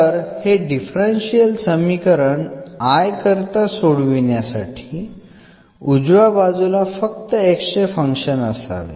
तर हे डिफरन्शियल समीकरण I करिता सोडवण्यासाठी उजव्या बाजूला फक्त x चे फंक्शन असावे